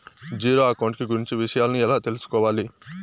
Zero account కు గురించి విషయాలను ఎలా తెలుసుకోవాలి?